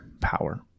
power